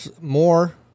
more